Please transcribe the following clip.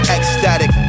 Ecstatic